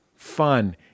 fun